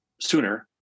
sooner